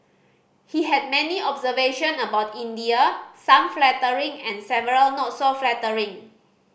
he had many observation about India some flattering and several not so flattering